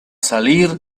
salir